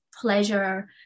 pleasure